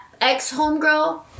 ex-homegirl